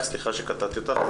סליחה שקטעתי אותך,